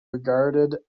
regarded